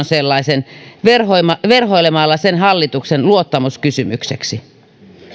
sellaisen verhoilemalla verhoilemalla sen hallituksen luottamuskysymykseksi